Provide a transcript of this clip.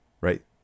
right